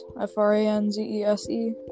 F-R-A-N-Z-E-S-E